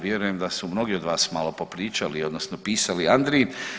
Vjerujem da su mnogi od vas malo popričali odnosno pisali Andriji.